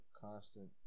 constant